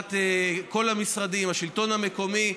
בתמיכת כל המשרדים, השלטון המקומי.